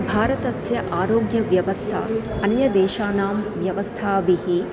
भारतस्य आरोग्यव्यवस्था अन्यदेशानां व्यवस्थाभिः